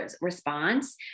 response